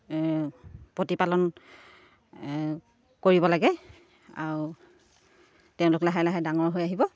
প্ৰতিপালন কৰিব লাগে আৰু তেওঁলোক লাহে লাহে ডাঙৰ হৈ আহিব